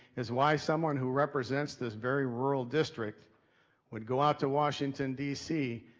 is why someone who represents this very rural district would go out to washington d c.